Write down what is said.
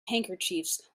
handkerchiefs